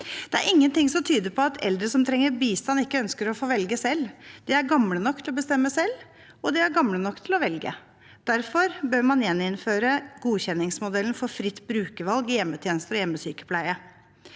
Det er ingenting som tyder på at eldre som trenger bistand, ikke ønsker å få velge selv. De er gamle nok til å bestemme selv, og de er gamle nok til å velge. Derfor bør man gjeninnføre godkjenningsmodellen for fritt brukervalg i hjemmetjeneste og hjemmesykepleie.